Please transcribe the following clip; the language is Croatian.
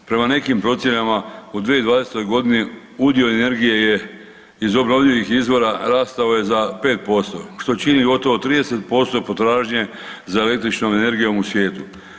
Prema nekim procjenama u 2020.g. udio energije je iz obnovljivih izvora rastao je za 5% što čini gotovo 30% potražnje za električnom energijom u svijetu.